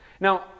Now